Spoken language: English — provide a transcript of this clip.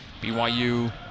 BYU